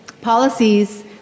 policies